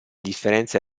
differenza